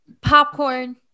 popcorn